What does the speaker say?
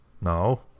No